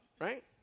right